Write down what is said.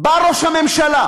בא ראש הממשלה,